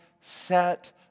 set